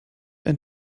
ein